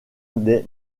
des